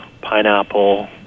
pineapple